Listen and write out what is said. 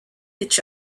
each